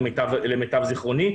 למיטב זיכרוני,